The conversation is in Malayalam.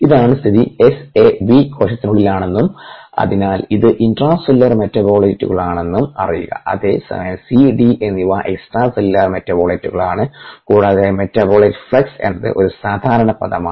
ഇതാണ് സ്ഥിതി SAB കോശത്തിനുള്ളിലാണെന്നും അതിനാൽ ഇത് ഇൻട്രാസെല്ലുലാർ മെറ്റബോളിറ്റുകളാണെന്നും അറിയുക അതേസമയം CD എന്നിവ എക്സ്ട്രാസെല്ലുലാർ മെറ്റബോളിറ്റുകളാണ് കൂടാതെ മെറ്റാബോലൈറ്റ് ഫ്ലക്സ് എന്നത് ഒരു സാധാരണ പദമാണ്